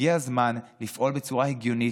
הגיע הזמן לפעול בצורה הגיונית,